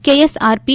KSR P